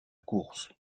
course